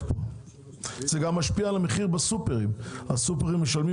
ומשפיע על המחיר בסופרים; הסופרים משלמים